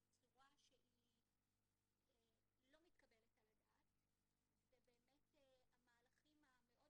בצורה שהיא לא מתקבלת על הדעת ובאמת המהלכים המאוד